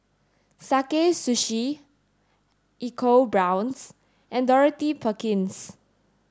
Sakae Sushi EcoBrown's and Dorothy Perkins